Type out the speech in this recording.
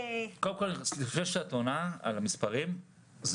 לפני שנותנים תשובה בעניין המספרים,